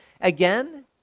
again